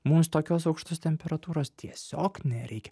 mums tokios aukštos temperatūros tiesiog nereikia